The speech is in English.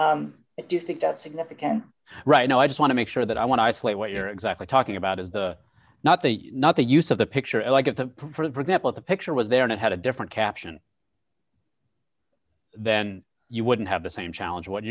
you think that's significant right now i just want to make sure that i want to isolate what you're exactly talking about is the not the not the use of the picture and i get the for example the picture was there and it had a different caption then you wouldn't have the same challenge wh